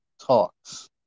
Talks